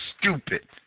stupid